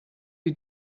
you